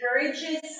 encourages